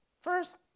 First